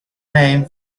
name